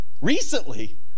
recently